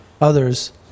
others